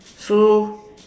so